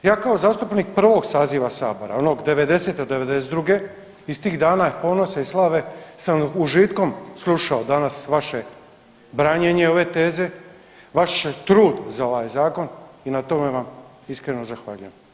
Ja kao zastupnik 1. saziva Sabora onoga 90. – 92. iz tih dana ponosa i slave sam s užitkom slušao danas vaše branjenje ove teze, vaš trud za ovaj zakon i na tome vam iskreno zahvaljujem.